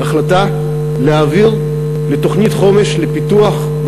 החלטה להעביר 850 מיליון שקל לתוכנית חומש לפיתוח,